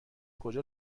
کجا